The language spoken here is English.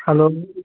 hello